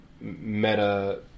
meta